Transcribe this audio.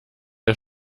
der